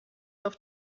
auf